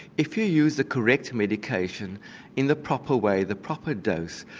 if you use the correct medication in the proper way, the proper dose,